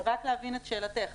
רק להבין את שאלתך.